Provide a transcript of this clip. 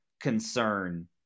concern